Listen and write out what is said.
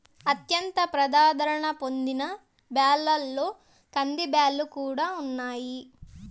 అత్యంత ప్రజాధారణ పొందిన బ్యాళ్ళలో కందిబ్యాల్లు కూడా ఉన్నాయి